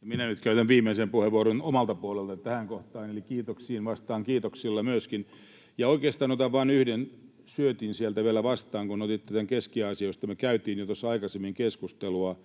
Minä nyt käytän viimeisen puheenvuoron omalta puoleltani tähän kohtaan, eli kiitoksiin vastaan kiitoksilla myöskin. Ja oikeastaan otan vain yhden syötin sieltä vielä vastaan, kun otitte tämän Keski-Aasian, josta me käytiin jo tuossa aikaisemmin keskustelua.